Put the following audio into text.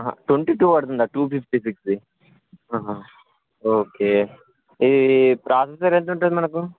twenty two పడుతుందా two fifty సిక్స్ది okay ఈ ప్రాసెసర్ ఎంత ఉంటుంది మనకు